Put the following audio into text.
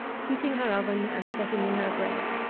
heating her oven and setting in her bread!